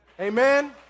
Amen